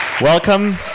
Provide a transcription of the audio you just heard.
Welcome